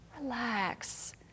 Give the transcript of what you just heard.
Relax